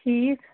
ٹھیٖک